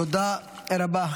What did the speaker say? תודה רבה.